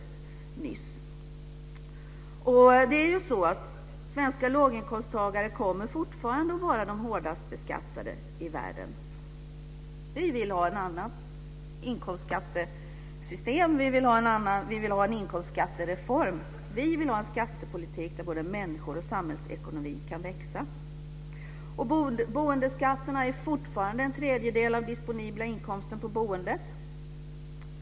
Svenska låginkomsttagare kommer fortfarande att vara de hårdast beskattade i världen. Vi vill ha ett annat inkomstskattesystem. Vi vill ha en inkomstskattereform. Vi vill ha en skattepolitik där både människor och samhällsekonomi kan växa. Boendeskatterna utgör fortfarande en tredjedel av den disponibla inkomsten på boendet.